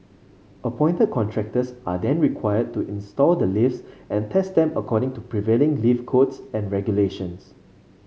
appointed contractors are then required to install the lifts and test them according to prevailing lift codes and regulations